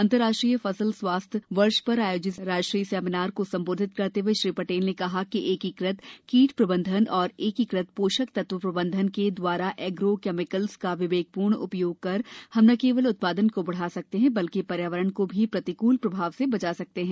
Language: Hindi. अंतर्राष्ट्रीय फसल स्वास्थ्य वर्ष पर आयोजित राष्ट्रीय वेबिनार को संबोधित करते हुए श्री पटेल ने कहा कि एकीकृत कीट प्रबंधन और एकीकृत पोषक तत्व प्रबंधन के द्वारा एग्रो केमिकल्स का विवेकपूर्ण उपयोग कर हम न केवल उत्पादन को बढ़ा सकते हैं बल्कि पर्यावरण को भी प्रतिकूल प्रभाव से बचा सकते हैं